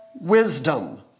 wisdom